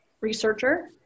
researcher